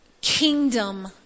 kingdom